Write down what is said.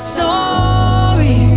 sorry